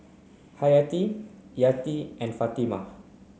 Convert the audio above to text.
Hayati Yati and Fatimah